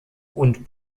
und